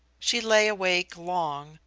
she lay awake long,